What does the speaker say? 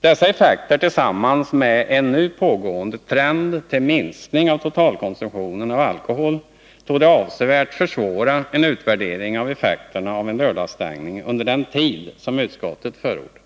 Dessa effekter tillsammans med en nu pågående trend till minskning i totalkonsumtionen av alkohol torde avsevärt försvåra en utvärdering av effekterna av en lördagsstängning under den tid som utskottet förordar.